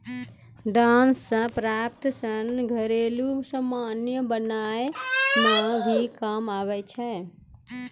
डांट से प्राप्त सन घरेलु समान बनाय मे भी काम आबै छै